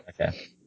Okay